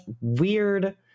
weird